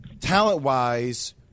talent-wise